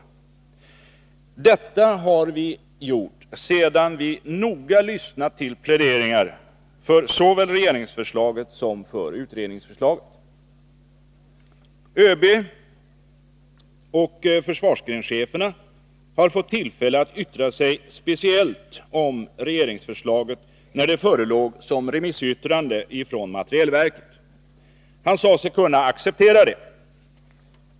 Och det har vi gjort sedan vi noga lyssnat till pläderingar för såväl regeringsförslaget som utredningsförslaget. Överbefälhavaren och försvarsgrenscheferna har fått tillfälle att yttra sig speciellt om regeringsförslaget när det förelåg som remissyttrande från materielverket. ÖB sade sig kunna acceptera det.